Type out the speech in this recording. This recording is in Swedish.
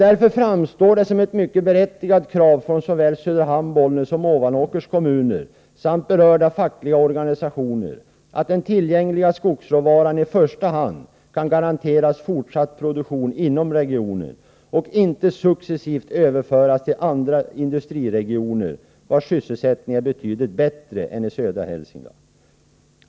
Därför framstår det som ett mycket berättigat krav från både Söderhamns, Bollnäs och Ovanåkers kommuner samt berörda fackliga organisationer att den tillgängliga skogsråvaran i första hand skall garanteras för fortsatt produktion inom regionen och inte successivt överföras till andra industriregioner, där sysselsättningen är betydligt bättre än i södra Hälsingland.